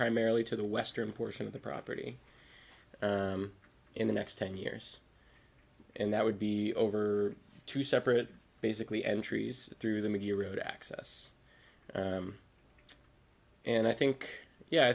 primarily to the western portion of the property in the next ten years and that would be over two separate basically entries through the media root access and i think yeah i